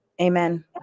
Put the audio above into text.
Amen